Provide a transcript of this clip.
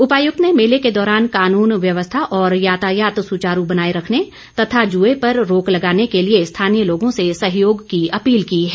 उपायुक्त ने मेले के दौरान कानून व्यवस्था और यातायात सुचारू बनाए रखने तथा जुए पर रोक लगाने के लिए स्थानीय लोगों से सहयोग की अपील की है